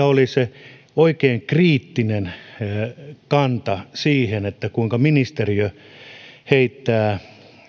oli se oikein kriittinen kanta siihen kuinka ministeriö heittää